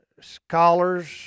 scholars